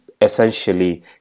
essentially